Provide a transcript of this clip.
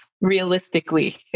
realistically